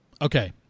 okay